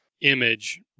image